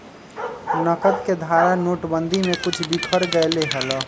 नकद के धारा नोटेबंदी में कुछ बिखर गयले हल